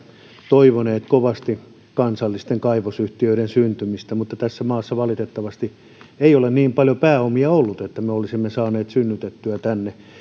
toivoneet kovasti kansallisten kaivosyhtiöiden syntymistä mutta tässä maassa valitettavasti ei ole niin paljon pääomia ollut että me olisimme saaneet synnytettyä niitä tänne